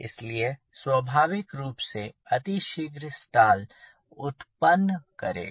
इसलिए स्वाभाविक रूप से अति शीघ्र स्टाल उत्पन्न करेगा